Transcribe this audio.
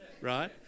right